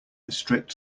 restrict